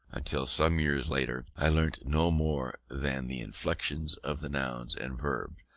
until some years later, i learnt no more than the inflections of the nouns and verbs,